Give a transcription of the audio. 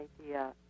idea